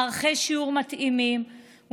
מערכי שיעור מתאימים בתוך מערכת החינוך,